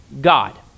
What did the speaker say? God